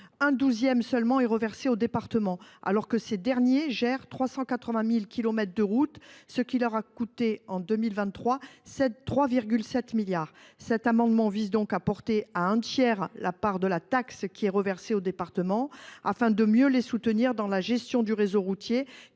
Un douzième seulement est reversé aux départements, alors que ces derniers gèrent 380 000 kilomètres de routes, ce qui leur a coûté 3,7 milliards d’euros en 2023. Cet amendement vise donc à porter à un tiers la part de la taxe qui est reversée aux départements, afin de mieux les soutenir dans la gestion du réseau routier,